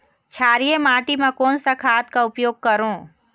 क्षारीय माटी मा कोन सा खाद का उपयोग करों?